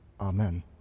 Amen